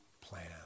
plan